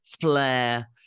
flair